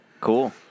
Cool